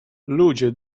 ludzie